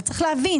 צריך להבין.